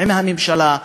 עם הממשלה,